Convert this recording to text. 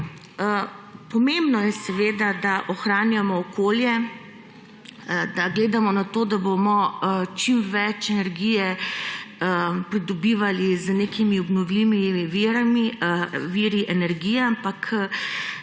Pomembno je seveda, da ohranjamo okolje, da gledamo na to, da bomo čim več energije pridobivali z nekimi obnovljivimi viri energije, ampak,